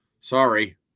sorry